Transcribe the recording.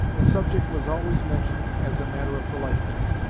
the subject was always mentioned as a matter of politeness,